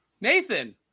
Nathan